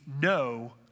no